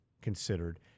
considered